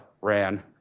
ran